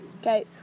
Okay